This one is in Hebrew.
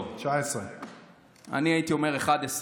19. אני הייתי אומר 11,